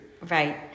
Right